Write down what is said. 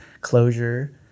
closure